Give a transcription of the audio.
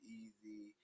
easy